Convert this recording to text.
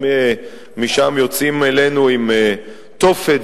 אם משם יוצאים אלינו עם תופת,